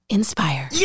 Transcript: inspire